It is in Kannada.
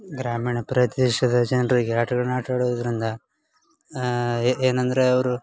ಗ್ರಾಮೀಣ ಪ್ರದೇಶದ ಜನರಿಗೆ ಆಟಗಳನ್ನು ಆಟಾಡುದರಿಂದ ಏನಂದರೆ ಅವರು